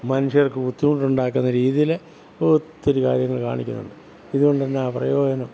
മനുഷ്യർക്ക് ബുദ്ധിമുട്ടുണ്ടാക്കുന്ന രീതിയിൽ ഒത്തിരി കാര്യങ്ങൾ കാണിക്കുന്നുണ്ട് ഇതുകൊണ്ട് എന്നാ പ്രയോജനം